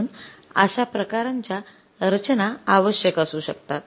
म्हणून अशा प्रकारच्या रचना आवश्यक असू शकतात